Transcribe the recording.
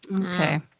Okay